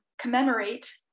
commemorate